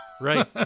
Right